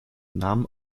namen